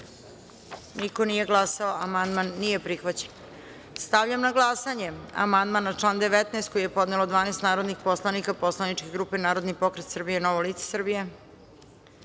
niko nije glasao. Amandman nije prihvaćen. Stavljam na glasanje amandman na član 5. koji je podnelo 12 narodnih poslanika poslaničke grupe Narodni pokret Srbije – Novo lice